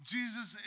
Jesus